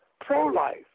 pro-life